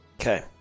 Okay